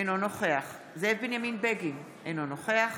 אינו נוכח זאב בנימין בגין, אינו נוכח